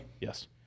Yes